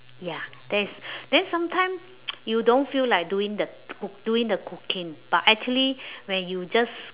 ya there's then sometimes you don't feel like doing the doing the cooking but actually when you just